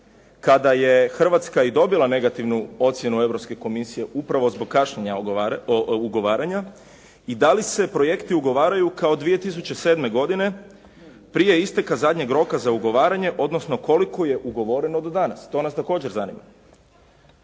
kada je Hrvatska i dobila negativnu ocjenu Europske komisije upravo zbog kašnjenja ugovaranja i da li se projekti ugovaraju kao 2007. godine prije isteka zadnjeg roka za ugovaranje, odnosno koliko je ugovoreno do danas. To nas također zanima.